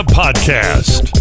podcast